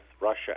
Russia